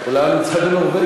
אולי הוא נמצא בנורבגיה.